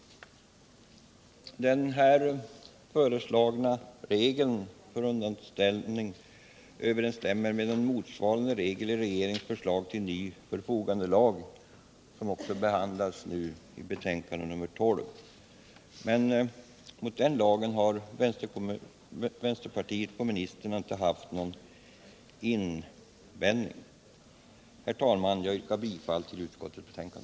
Den här föreslagna regeln för underställning överensstämmer med motsvarande regel i regeringens förslag till ny förfogandelag, som också behandlas nu i betänkande nr 12. Mot den lagen har vänsterpartiet kommunisterna inte haft någon invändning. Herr talman! Jag yrkar bifall till utskottets hemställan.